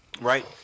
right